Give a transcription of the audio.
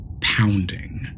pounding